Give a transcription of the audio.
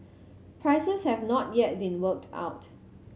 prices have not yet been worked out